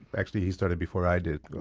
actually, he started before i did.